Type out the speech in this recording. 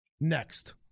next